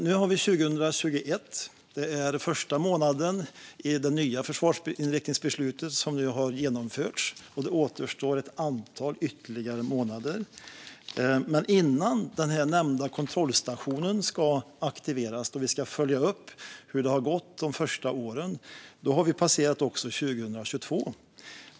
Nu har vi 2021. Den första månaden i det nya försvarsinriktningsbeslutet har genomförts, och det återstår ytterligare ett antal månader. Innan den nämnda kontrollstationen, då vi ska följa upp hur det har gått de första åren, ska aktiveras har vi också passerat 2022.